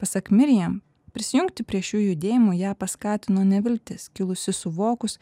pasak miriem prisijungti prie šių judėjimų ją paskatino neviltis kilusi suvokus